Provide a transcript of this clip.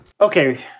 Okay